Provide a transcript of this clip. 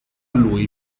lui